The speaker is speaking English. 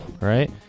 Right